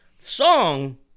song